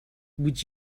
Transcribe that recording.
would